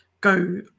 go